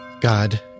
God